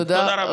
תודה רבה.